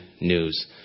news